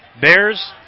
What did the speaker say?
Bears